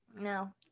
no